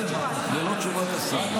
כן, ללא תשובת השר.